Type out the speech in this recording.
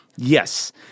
Yes